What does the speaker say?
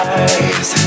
eyes